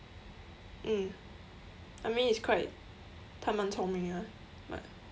mm I mean it's quite 他蛮聪明 ah but